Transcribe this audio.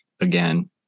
again